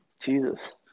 Jesus